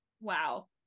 wow